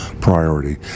priority